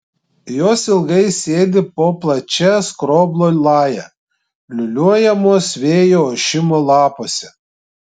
jos ilgai sėdi po plačia skroblo laja liūliuojamos vėjo ošimo lapuose